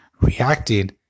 reacting